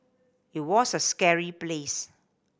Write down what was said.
it was a scary place